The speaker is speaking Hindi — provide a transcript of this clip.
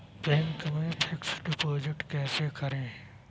बैंक में फिक्स डिपाजिट कैसे करें?